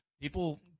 people